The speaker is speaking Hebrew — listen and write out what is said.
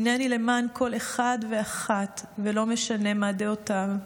הינני למען כל אחד ואחת, ולא משנה מה דעותיו,